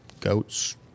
Goats